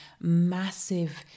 massive